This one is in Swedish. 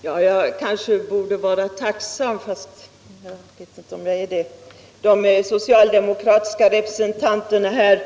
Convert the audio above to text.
Herr talman! Jag borde kanske vara tacksam, fast jag vet inte om jag är det. De socialdemokratiska representanterna